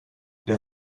der